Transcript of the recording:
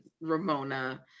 Ramona